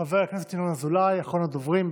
חבר הכנסת ינון אזולאי, אחרון הדוברים.